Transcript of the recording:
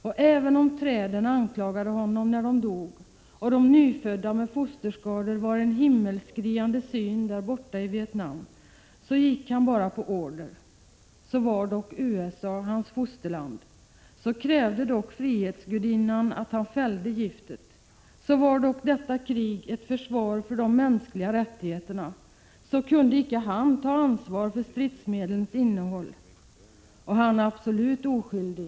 Och även om träden anklagade honom när de dog, och de nyfödda med fosterskador var en himmelskriande syn, därborta i Vietnam, så gick han bara på order! Så var dock USA hans fosterland! Så krävde dock frihetsgudinnan att han fällde giftet! Så var dock detta krig ett försvar för de mänskliga rättigheterna! Så kunde icke han ta ansvar för stridsmedlens innehåll! Och han är absolut oskyldig .